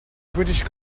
british